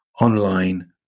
online